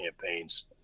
campaigns